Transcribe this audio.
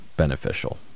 beneficial